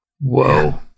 whoa